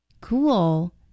Cool